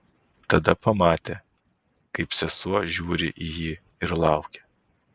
tada pamatė kaip sesuo žiūri į jį ir laukia